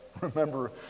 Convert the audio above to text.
remember